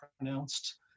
pronounced